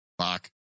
Fuck